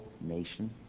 nation